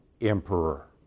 emperor